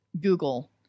Google